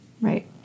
right